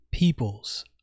peoples